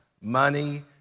money